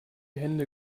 hände